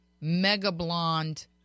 mega-blonde